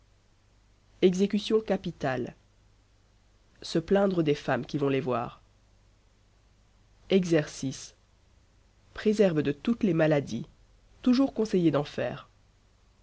exécutions capitales se plaindre des femmes qui vont les voir exercice préserve de toutes les maladies toujours conseiller d'en